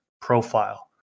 profile